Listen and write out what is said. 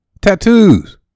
Tattoos